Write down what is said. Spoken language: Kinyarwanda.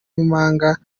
b’impanga